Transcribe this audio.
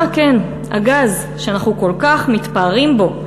אה, כן, הגז שאנחנו כל כך מתפארים בו.